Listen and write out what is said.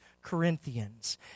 corinthians